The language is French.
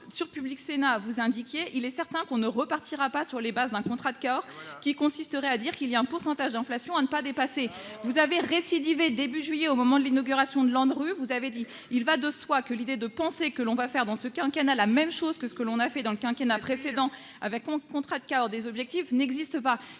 sur Public Sénat, vous indiquiez il est certain qu'on ne repartira pas sur les bases d'un contrat de corps qui consisterait à dire qu'il y a un pourcentage d'inflation à ne pas dépasser, vous avez récidivé début juillet au moment de l'inauguration de Landru, vous avez dit il va de soi que l'idée de penser que l'on va faire dans ce quinquennat la même chose que ce que l'on a fait dans le quinquennat précédent avec un contrat de Cahors, des objectifs n'existe pas,